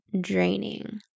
draining